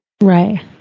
Right